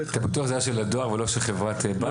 אתה בטוח שזה היה של הדואר ולא של חברת בת?